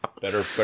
better